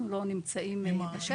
אנחנו לא נמצאים בשטח.